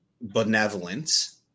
benevolence